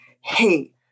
hey